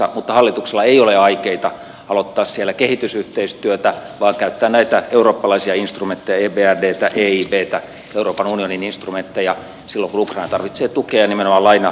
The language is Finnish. mutta hallituksella ei ole aikeita aloittaa siellä kehitysyhteistyötä vaan käyttää näitä eurooppalaisia instrumentteja ebrdtä eibtä euroopan unionin instrumentteja silloin kun ukraina tarvitsee tukea nimenomaan lainapainotteisesti